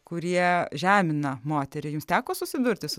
kurie žemina moterį jums teko susidurti su